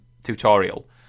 Tutorial